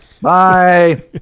Bye